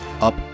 up